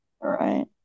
Right